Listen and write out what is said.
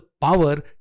power